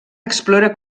explora